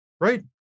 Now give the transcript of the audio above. Right